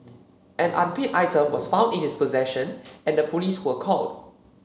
an unpaid item was found in his possession and the police were called